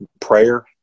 prayer